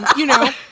you know.